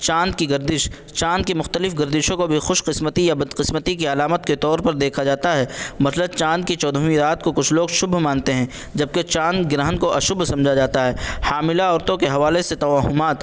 چاند کی گردش چاند کی مختلف گردشوں کو بھی خوش قسمتی یا بدقسمتی کی علامت کے طور پر دیکھا جاتا ہے مطلب چاند کی چودھویں رات کو کچھ لوگ شبھ مانتے ہیں جبکہ چاند گرہن کو اشبھ سمجھا جاتا ہے حاملہ عورتوں کے حوالے سے توہمات